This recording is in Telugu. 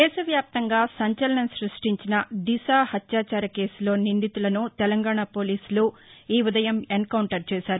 దేశవ్యాప్తంగా సంచలనం స్బష్టించిన దిశ హత్యాచార కేసులో నిందితులను తెలంగాణ పోలీసులు ఈ ఉదయం ఎన్కౌంటర్ చేశారు